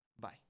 Bye